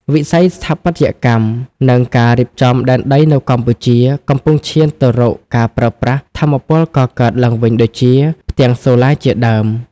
វិស័យស្ថាបត្យកម្ម និងការរៀបចំដែនដីនៅកម្ពុជា កំពុងឈានទៅរកការប្រើប្រាស់ថាមពលកកើតឡើងវិញដូចជា ផ្ទាំងសូឡា ជាដើម។